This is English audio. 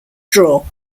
draw